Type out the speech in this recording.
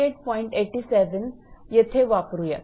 87 इथे वापरुयात